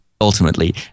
ultimately